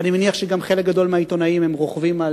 אני מניח שגם חלק גדול מהעיתונאים הם רוכבים על